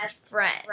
friend